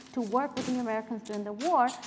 to work with the americans during the war.